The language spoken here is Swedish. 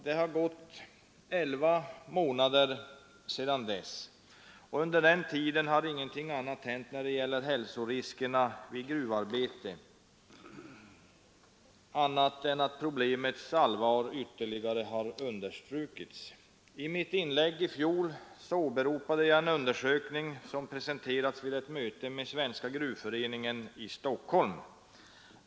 Det har gått elva månader sedan dess, och under den tiden har ingenting annat hänt när det gäller hälsoriskerna vid gruvarbete än att problemets allvar ytterligare understrukits. I mitt inlägg i fjol åberopade jag en undersökning som presenterades vid ett möte med Svenska gruvföreningen i Stockholm.